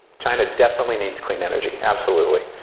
china definitely needs clean energy. absolutely.